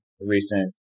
recent